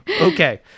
Okay